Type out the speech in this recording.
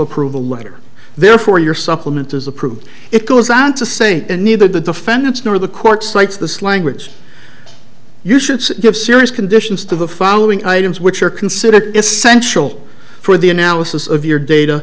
approval letter therefore your supplement is approved it goes on to say that neither the defendants nor the court cites this language you should give serious conditions to the following items which are considered essential for the analysis of your data